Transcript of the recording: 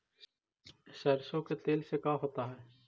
सरसों के तेल से का होता है?